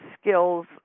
skills